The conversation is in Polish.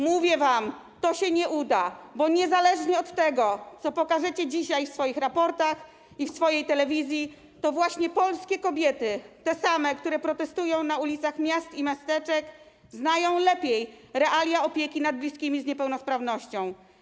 Mówię wam, to się nie uda, bo niezależnie od tego, co pokażecie dzisiaj w swoich raportach i w swojej telewizji, to właśnie polskie kobiety, te same, które protestują na ulicach miast i miasteczek, znają lepiej realia opieki nad bliskimi z niepełnosprawnością.